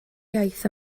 iaith